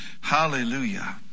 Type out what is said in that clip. Hallelujah